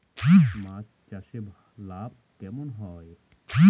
মাছ চাষে লাভ কেমন হয়?